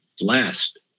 last